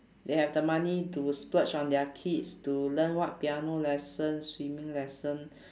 they have the money to splurge on their kids to learn what piano lesson swimming lesson